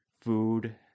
food